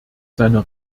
seiner